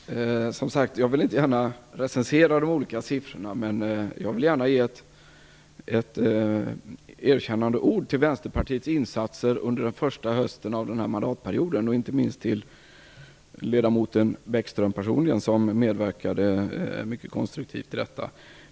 Fru talman! Som sagt, jag vill inte gärna recensera de olika siffrorna. Men jag vill gärna ge ett erkännande ord om Vänsterpartiets insatser under första hösten av denna mandatperiod, inte minst till ledamoten Bäckström personligen som medverkade mycket konstruktivt.